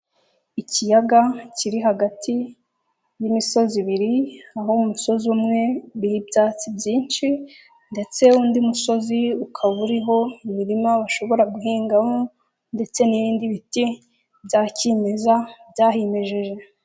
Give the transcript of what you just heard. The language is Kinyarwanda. Ikiyaga kiri hagati y'imisozi ibiri aho umusozi umwe uribo ihabyatsi byinshi ndetse undi musozi ukaba uriho imirima bashobora guhingamo ndetse n'ibindi biti bya kimeza byahimejeje.